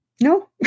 No